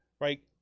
right